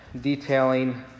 detailing